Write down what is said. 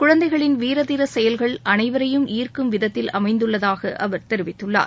குழந்தைகளின் வீர தீர செயல்கள் அனைவரையும் ஈர்க்கும் விதத்தில் அமைந்துள்ளதாக அவர் தெரிவித்துள்ளார்